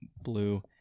blue